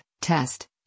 Test